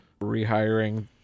rehiring